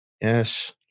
Yes